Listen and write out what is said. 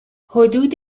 حدود